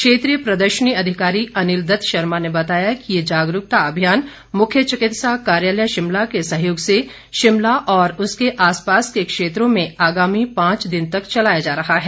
क्षेत्रीय प्रदर्शनी अधिकारी अनिल दत्त शर्मा ने बताया कि ये जागरूकता अभियान मुख्य चिकित्सा कार्यालय शिमला के सहयोग से शिमला और उसके आसपास के क्षेत्रों में आगामी पांच दिन तक चलाया जा रहा है